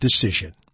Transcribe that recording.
decision